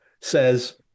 says